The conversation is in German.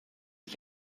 ich